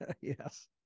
Yes